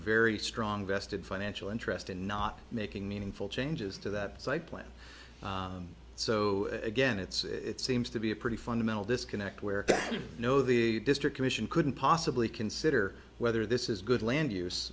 very strong vested financial interest in not making meaningful changes to that site plan so again it's seems to be a pretty fundamental disconnect where you know the district commission couldn't possibly consider whether this is good land